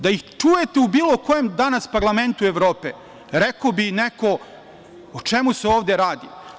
Da ih čujete u bilo kojem danas parlamentu Evrope, rekao bi neko – o čemu se ovde radi?